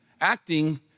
acting